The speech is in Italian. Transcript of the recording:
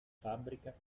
fabbrica